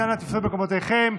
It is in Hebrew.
נא לתפוס את מקומותיכם.